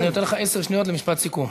אני נותן לך עשר שניות למשפט סיכום.